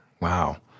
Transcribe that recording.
Wow